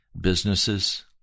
businesses